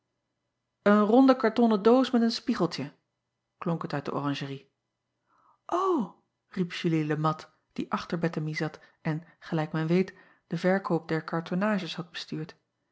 en ronde kartonnen doos met een spiegeltje klonk het uit de oranjerie riep ulie e at die achter ettemie zat en acob van ennep laasje evenster delen gelijk men weet den verkoop der cartonnages had bestuurd